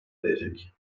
ödeyecek